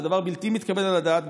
זה דבר בלתי מתקבל על הדעת,